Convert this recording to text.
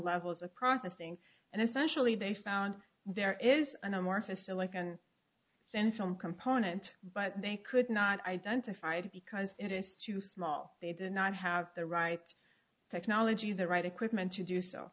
levels of processing and essentially they found there is an amorphous silicon then film component but they could not identified because it is too small they did not have the right technology the right equipment to do so